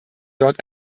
dort